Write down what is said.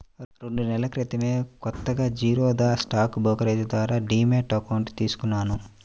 రెండు నెలల క్రితమే కొత్తగా జిరోదా స్టాక్ బ్రోకరేజీ ద్వారా డీమ్యాట్ అకౌంట్ తీసుకున్నాను